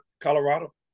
colorado